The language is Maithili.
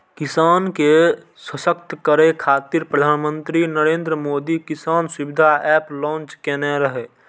किसान के सशक्त करै खातिर प्रधानमंत्री नरेंद्र मोदी किसान सुविधा एप लॉन्च केने रहै